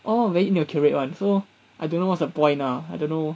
all very inaccurate one so I don't know what's the point lah I don't know